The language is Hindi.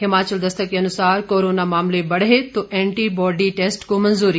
हिमाचल दस्तक के अनुसार कोरोना मामले बढ़े तो एंटी बॉडी टेस्ट को मंजूरी